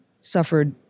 suffered